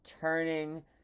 turning